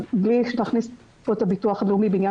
בלי להכניס פה את הביטוח הלאומי בעניין